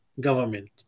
government